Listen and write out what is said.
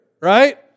right